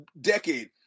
decade